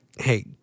hey